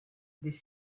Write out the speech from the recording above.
des